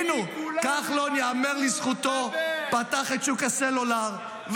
כחלון, ייאמר לזכותו, פתח את שוק הסלולר.